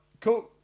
cool